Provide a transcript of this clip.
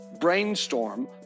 Brainstorm